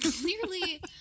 Clearly